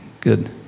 good